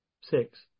six